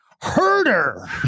Herder